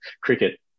cricket